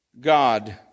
God